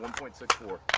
point six four.